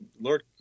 Lord